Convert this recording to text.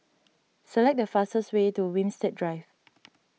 select the fastest way to Winstedt Drive